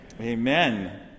Amen